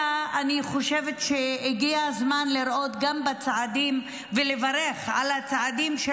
אלא אני חושבת שהגיע הזמן גם לראות את הצעדים ולברך על הצעדים של